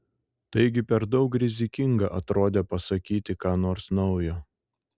taigi per daug rizikinga atrodė pasakyti ką nors naujo